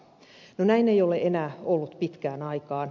näin ei ole enää ollut pitkään aikaan